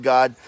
God